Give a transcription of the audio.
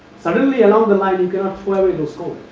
suddenly along the line and away those code,